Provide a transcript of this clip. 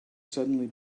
suddenly